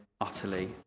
utterly